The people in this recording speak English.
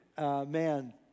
man